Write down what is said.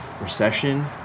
recession